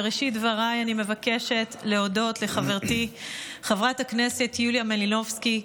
בראשית דבריי אני מבקשת להודות לחברתי חברת הכנסת יוליה מלינובסקי,